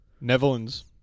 Netherlands